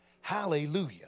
Hallelujah